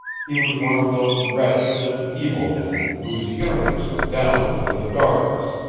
he was one of those wretched and evil men whose yearnings are downward to the darkness,